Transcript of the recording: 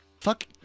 fuck